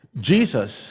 Jesus